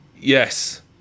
yes